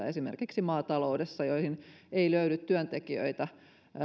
esimerkiksi maataloudessa paljon sellaisia töitä joihin ei löydy työntekijöitä